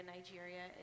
Nigeria